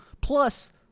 Plus